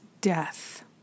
death